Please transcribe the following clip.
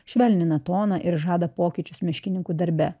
švelnina toną ir žada pokyčius miškininkų darbe